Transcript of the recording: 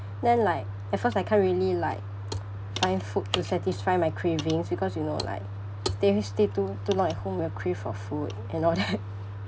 then like at first I can't really like find food to satisfy my cravings because you know like sta~ stay too too long at home will crave for food and all that